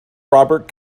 robert